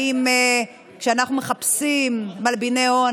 האם כשאנחנו מחפשים מלביני הון,